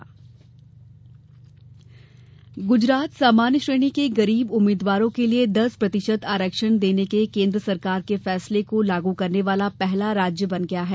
आरक्षण गुजरात गुजरात सामान्य श्रेणी के गरीब उम्मीदवारों के लिए दस प्रतिशत आरक्षण देने के केन्द्र सरकार के फैसले को लागू करने वाला पहला राज्य बन गया है